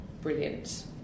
brilliant